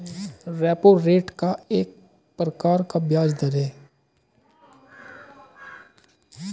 repo rate एक प्रकार का ब्याज़ दर है